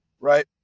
right